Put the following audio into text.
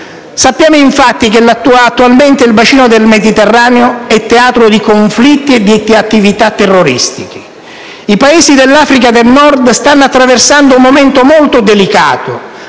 Sappiamo, infatti, che attualmente il bacino del Mediterraneo è teatro di conflitti e di attività terroristiche. I Paesi dell'Africa del Nord stanno attraversando un momento molto delicato: